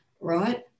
Right